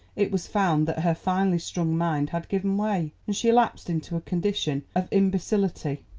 it was found that her finely strung mind had given way, and she lapsed into a condition of imbecility.